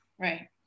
Right